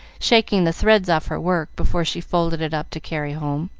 shaking the threads off her work before she folded it up to carry home.